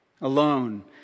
alone